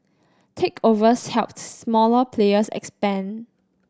takeovers helped smaller players expand